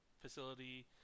facility